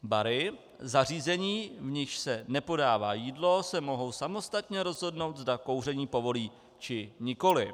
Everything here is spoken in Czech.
bary zařízení, v nichž se nepodává jídlo, se mohou samostatně rozhodnout, zda kouření povolí, či nikoliv.